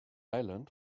island